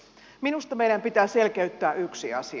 minusta meidän pitää selkeyttää yksi asia